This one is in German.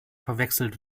verwechselt